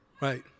Right